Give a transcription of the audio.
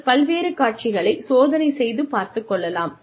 நீங்கள் பல்வேறு காட்சிகளை சோதனை செய்து பார்த்துக் கொள்ளலாம்